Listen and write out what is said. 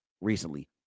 recently